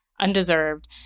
undeserved